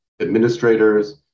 Administrators